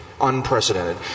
unprecedented